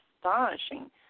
astonishing